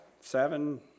seven